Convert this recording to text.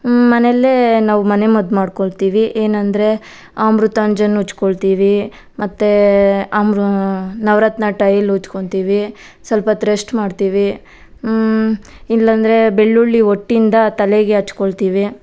ಮನೆಯಲ್ಲೇ ನಾವು ಮನೆ ಮದ್ದು ಮಾಡ್ಕೋಳ್ತೀವಿ ಏನಂದರೆ ಅಮೃತಾಂಜನ್ ಉಜ್ಕೊಳ್ತೀವಿ ಮತ್ತೆ ಅಮೃತ ನವರತ್ನ ತೈಲ್ ಉಜ್ಕೊತೀವಿ ಸಲ್ಪೊತ್ತು ರೆಸ್ಟ್ ಮಾಡ್ತೀವಿ ಇಲ್ಲಂದರೆ ಬೆಳ್ಳುಳ್ಳಿ ಹೊಟ್ಟಿಂದ ತಲೆಗೆ ಹಚ್ಕೊಳ್ತೀವಿ